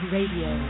Radio